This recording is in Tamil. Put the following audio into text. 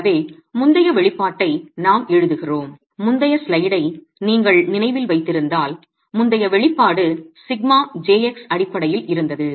எனவே முந்தைய வெளிப்பாட்டை நாம் எழுதுகிறோம் முந்தைய ஸ்லைடை நீங்கள் நினைவில் வைத்திருந்தால் முந்தைய வெளிப்பாடு σjx அடிப்படையில் இருந்தது